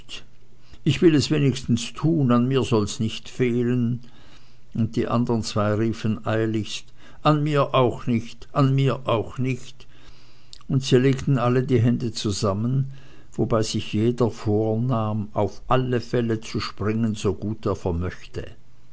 ich will es wenigstens tun an mir soll's nicht fehlen und die andern zwei riefen eiligst an mir auch nicht an mir auch nicht und sie legten alle die hände zusammen wobei sich jedoch jeder vornahm auf alle fälle zu springen so gut er